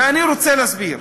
ואני רוצה להסביר.